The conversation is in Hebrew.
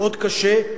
מאוד קשה,